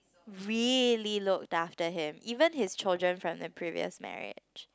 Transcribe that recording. really looked after him even his children from the previous marriage